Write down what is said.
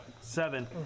Seven